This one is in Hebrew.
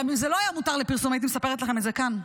גם אם זה לא היה מותר לפרסום הייתי מספרת לכם את זה כאן,